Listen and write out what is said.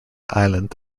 island